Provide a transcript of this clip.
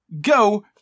go